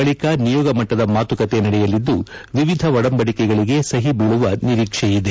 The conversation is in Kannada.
ಬಳಿಕ ನಿಯೋಗ ಮಟ್ಟದ ಮಾತುಕತೆ ನಡೆಯಲಿದ್ದು ವಿವಿಧ ಒಡಂಬದಿಕೆಗಳಿಗೆ ಸಹಿ ಬೀಳುವ ನಿರೀಕ್ಷೆ ಇದೆ